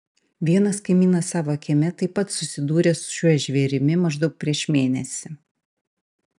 vienas kaimynas savo kieme taip pat susidūrė su šiuo žvėrimi maždaug prieš mėnesį